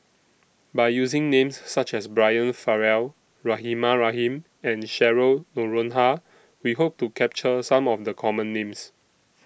By using Names such as Brian Farrell Rahimah Rahim and Cheryl Noronha We Hope to capture Some of The Common Names